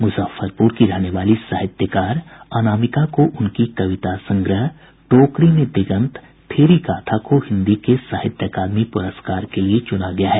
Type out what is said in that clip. मुजफ्फरपुर की रहने वाली साहित्यकार अनामिका को उनकी कविता संग्रह टोकरी में दिगंत थेरी गाथा को हिन्दी के साहित्य अकादमी पुरस्कार के लिए चुना गया है